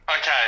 Okay